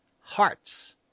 Hearts